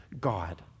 God